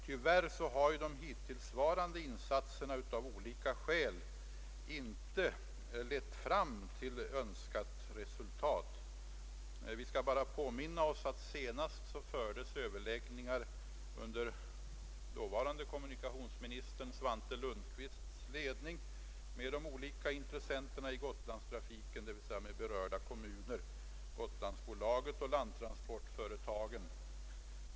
Tyvärr har de hittillsvarande insatserna av olika skäl inte lett fram till önskat resultat. Vi skall bara påminna oss att senast fördes Ööverläggningar under dåvarande kommunikationsministern Svante Lundkvists ledning med de olika intressenterna i Gotlandstrafiken, dvs. berörda kommuner, Gotlandsbolaget och landtransportföretagen.